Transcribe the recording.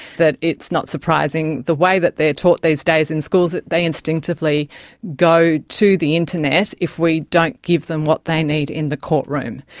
that it's not surprising the way that they are taught these days in schools, that they instinctively go to the internet if we don't give them what they need in the courtroom.